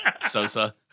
Sosa